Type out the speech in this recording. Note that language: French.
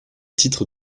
titre